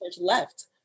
left